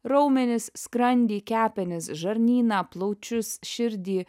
raumenis skrandį kepenis žarnyną plaučius širdį